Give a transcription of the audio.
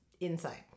inside